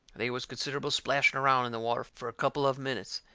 they was considerable splashing around in the water fur a couple of minutes.